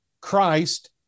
Christ